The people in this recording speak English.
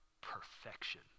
perfection